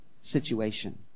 situation